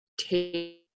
take